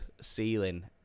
ceiling